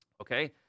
Okay